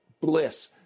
bliss